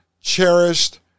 cherished